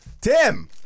Tim